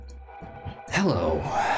Hello